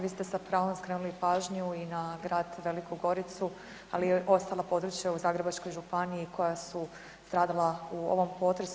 Vi ste sa pravom skrenuli pažnju i na grad Veliku Goricu, ali i ostala područja u Zagrebačkoj županiji koja su stradala u ovom potresu.